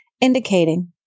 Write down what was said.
indicating